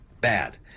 bad